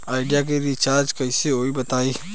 Idea के रीचारज कइसे होई बताईं?